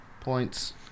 points